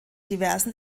diversen